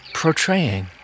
portraying